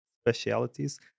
specialities